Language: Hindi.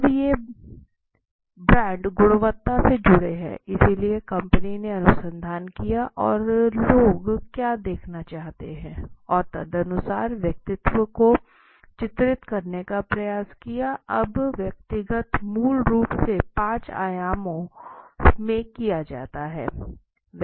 अब ये ब्रांड गुणवत्ता से जुड़े हैं इसलिए कंपनी ने अनुसंधान किया और लोग क्या देखना चाहते हैं और तदनुसार व्यक्तित्व को चित्रित करने का प्रयास किया अब व्यक्तित्व मूल रूप से पांच आयामों में किया जाता है